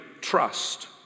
trust